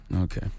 okay